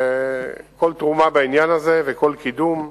כל תרומה בעניין הזה וכל קידום,